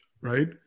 right